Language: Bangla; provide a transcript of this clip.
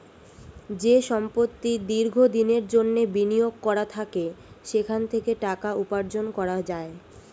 যে সম্পত্তি দীর্ঘ দিনের জন্যে বিনিয়োগ করা থাকে সেখান থেকে টাকা উপার্জন করা যায়